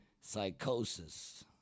psychosis